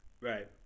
Right